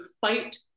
fight